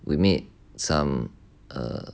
we made some uh